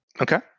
Okay